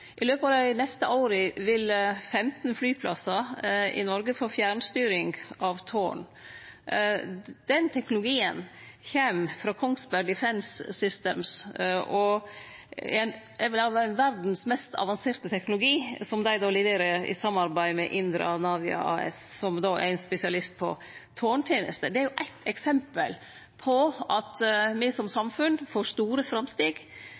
I løpet av dei neste åra vil 15 flyplassar i Noreg få fjernstyring av tårn. Den teknologien kjem frå Kongsberg Defence Systems og er vel verdas mest avanserte teknologi, som dei leverer i samarbeid med Indra Navia AS, spesialist på tårntenester. Det er eitt eksempel på at me som samfunn får store framsteg